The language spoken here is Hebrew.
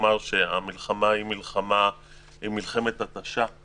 המלחמה היא מלחמת התשה,